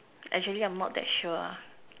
actually I'm not that sure